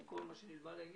עם כל מה שנלווה לעניין.